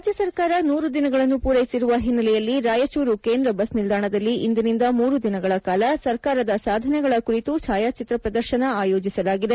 ರಾಜ್ಯ ಸರ್ಕಾರ ನೂರು ದಿನಗಳನ್ನು ಪೂರೈಸಿರುವ ಹಿನ್ನೆಲೆಯಲ್ಲಿ ರಾಯಚೂರು ಕೇಂದ್ರ ಬಸ್ ನಿಲ್ದಾಣದಲ್ಲಿ ಇಂದಿನಿಂದ ಮೂರು ದಿನಗಳ ಕಾಲ ಸರ್ಕಾರದ ಸಾಧನೆಗಳ ಕುರಿತು ಛಾಯಾಚಿತ್ರ ಪ್ರದರ್ಶನ ಆಯೋಜಿಸಲಾಗಿದೆ